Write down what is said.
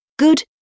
good